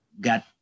got